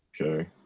Okay